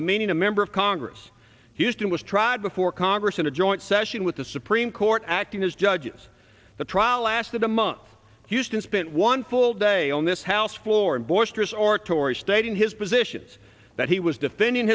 demeaning a member of congress houston was tried before congress in a joint session with the supreme court acting as judges the trial lasted a month houston spent one full day on this house floor and boisterous oratory stating his position is that he was defending